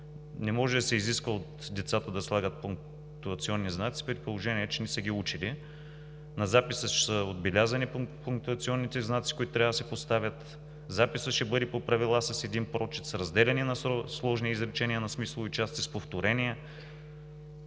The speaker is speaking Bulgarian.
Не може да се изисква от децата да слагат пунктуационни знаци, при положение че не са ги учили. На записа ще са отбелязани пунктуационните знаци, които трябва да се поставят, записът ще бъде по правила с един прочит, с разделяне на сложни изречения на смислови части, с повторения.